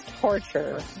torture